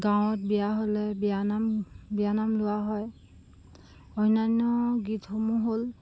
গাঁৱত বিয়া হ'লে বিয়ানাম বিয়ানাম লোৱা হয় অন্যান্য গীতসমূহ হ'ল